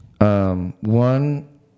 One